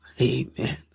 Amen